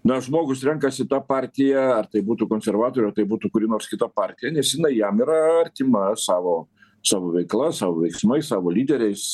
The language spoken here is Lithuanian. na žmogus renkasi tą partiją ar tai būtų konservatoriai ar tai būtų kuri nors kita partija nes jinai jam yra artima savo savo veikla savo veiksmais savo lyderiais